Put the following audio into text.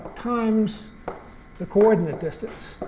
times the coordinate distance.